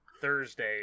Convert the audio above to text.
thursday